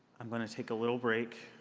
i'm going to take a little break.